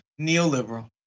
neoliberal